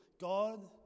god